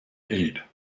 aide